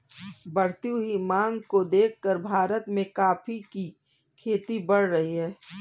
बढ़ती हुई मांग को देखकर भारत में कॉफी की खेती बढ़ रही है